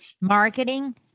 marketing